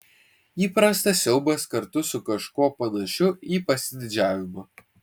įprastas siaubas kartu su kažkuo panašiu į pasididžiavimą